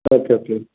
okay okay